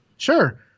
Sure